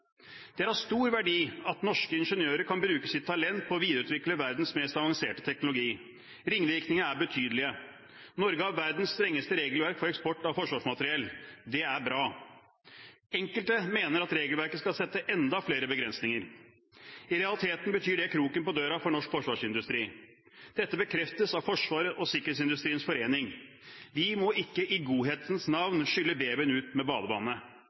Det er av stor verdi at norske ingeniører kan bruke sitt talent på å videreutvikle verdens mest avanserte teknologi. Ringvirkningene er betydelige. Norge har verdens strengeste regelverk for eksport av forsvarsmateriell. Det er bra. Enkelte mener at regelverket skal sette enda flere begrensninger. I realiteten betyr det kroken på døra for norsk forsvarsindustri. Dette bekreftes av Forsvars- og Sikkerhetsindustriens Forening. Vi må ikke i godhetens navn skylle babyen ut med